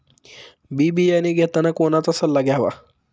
बी बियाणे घेताना कोणाचा सल्ला घ्यावा?